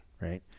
Right